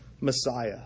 Messiah